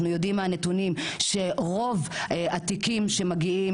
אנחנו יודעים מהנתונים שרוב התיקים שמגיעים